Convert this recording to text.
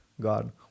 God